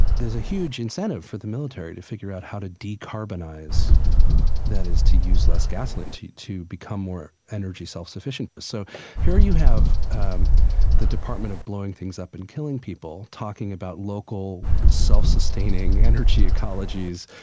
there's a huge incentive for the military to figure out how to decarbonize that is, to use less gasoline, to to become more energy self-sufficient. but so here you have um the department of blowing things up and killing people talking about local self-sustaining energy ecologies.